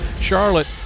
Charlotte